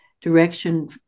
direction